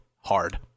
hard